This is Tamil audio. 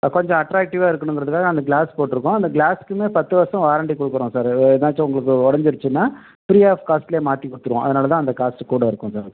அது கொஞ்சம் அட்ராக்ட்டிவாக இருக்கணுங்கிறதுக்காக அந்த க்ளாஸ் போட்டிருக்கோம் அந்த க்ளாஸ்க்குமே பத்து வருஷம் வாரண்ட்டி கொடுக்குறோம் சார் அது ஏதாச்சும் உங்களுக்கு உடஞ்சிடுச்சின்னா ஃப்ரீ ஆஃப் காஸ்ட்லேயே மாற்றி கொடுத்துடுவோம் அதனால் தான் அந்த காஸ்ட்டு கூட இருக்கும் சார்